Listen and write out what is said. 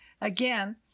again